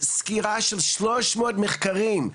סקירה של 300 מחקרים,